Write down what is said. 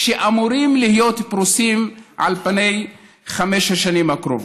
שאמורים להיות פרוסים על פני חמש השנים הקרובות.